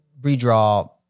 redraw